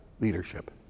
leadership